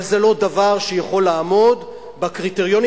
אבל זה לא דבר שיכול לעמוד בקריטריונים